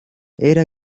era